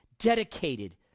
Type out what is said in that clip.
Dedicated